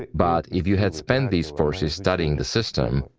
but if you had spent these forces studying the system,